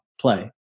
play